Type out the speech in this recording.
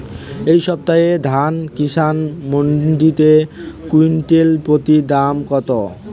এই সপ্তাহে ধান কিষান মন্ডিতে কুইন্টাল প্রতি দাম কত?